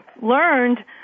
learned